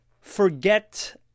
forget